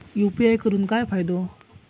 UPI करून काय फायदो?